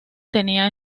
tenía